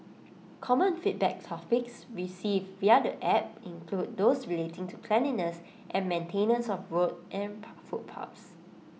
common feedback topics received via the app include those relating to cleanliness and maintenance of roads and footpaths